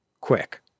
quick